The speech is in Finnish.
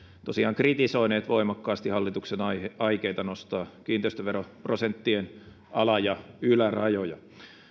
tosiaan kritisoineet voimakkaasti hallituksen aikeita nostaa kiinteistöveroprosenttien ala ja ylärajoja